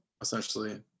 essentially